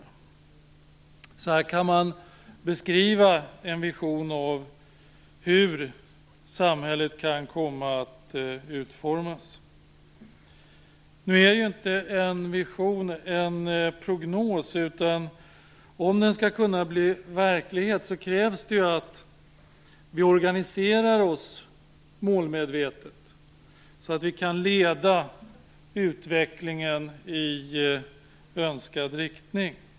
På detta sätt kan man beskriva en vision av hur samhället kan komma att utformas. Men en vision är inte en prognos. Om den skall kunna bli verklighet krävs det att vi organiserar oss målmedvetet, så att vi kan leda utvecklingen i önskad riktning.